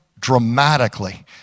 dramatically